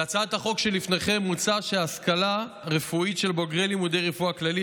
בהצעת החוק שלפניכם מוצע שהשכלה רפואית של בוגרי לימודי רפואה כללית,